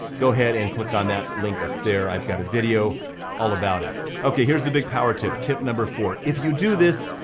go ahead and click on that link up there, i've got a video all about it. okay here's the big power tip, tip number four. if you do this,